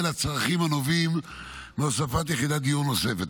לצרכים הנובעים מהוספת יחידת דיור נוספת.